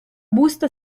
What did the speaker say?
busta